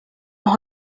los